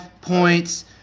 points